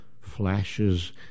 flashes